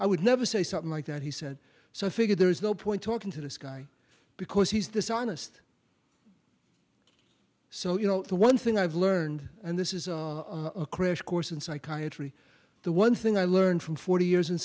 i would never say something like that he said so i figured there is no point talking to this guy because he's dishonest so you know the one thing i've learned and this is a crash course in psychiatry the one thing i learned from forty years in